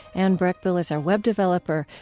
anne breckbill is our web developer.